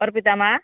ଅର୍ପିତା ମା